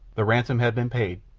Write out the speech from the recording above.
the ransom had been paid,